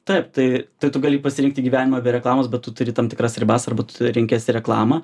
taip tai tai tu gali pasirinkti gyvenimą be reklamos bet tu turi tam tikras ribas arba tu renkiesi reklamą